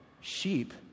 Sheep